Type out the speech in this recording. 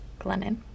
Glennon